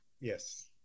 Yes